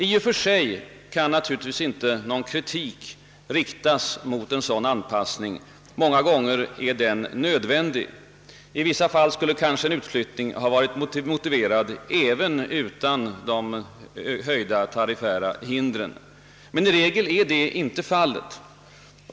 I och för sig kan man naturligtvis inte rikta någon kritik mot en sådan anpassning; många gånger är den nödvändig. I vissa fall skulle kanske en utflyttning varit motiverad även utan de höjda tariffera hindren. Men i regel är det inte fallet.